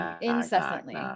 incessantly